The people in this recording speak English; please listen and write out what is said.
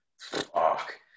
Fuck